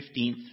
15th